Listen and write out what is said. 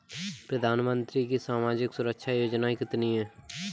प्रधानमंत्री की सामाजिक सुरक्षा योजनाएँ कितनी हैं?